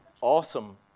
awesome